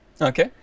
okay